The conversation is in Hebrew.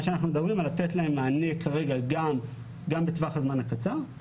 אנחנו מדברים על לתת להן מענה כרגע גם לטווח הזמן הקצר,